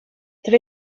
tra